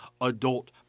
adult